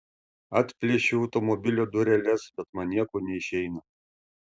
atplėšiu automobilio dureles bet man nieko neišeina